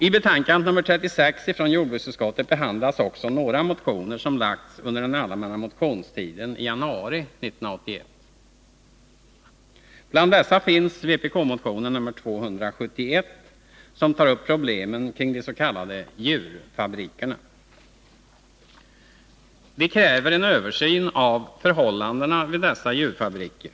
I betänkandet 36 från jordbruksutskottet behandlas också några motioner som väckts under den allmänna motionstiden i januari 1981. Bland dessa finns vpk-motionen nr 271, som tar upp problemen med de s.k. djurfabrikerna. Vi kräver en översyn av förhållandena vid dessa djurfabriker.